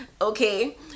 Okay